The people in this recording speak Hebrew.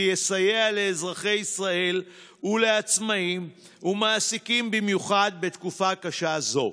שיסייע לאזרחי ישראל ולעצמאים ולמעסיקים במיוחד בתקופה קשה זו.